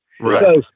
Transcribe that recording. Right